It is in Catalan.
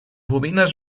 bobines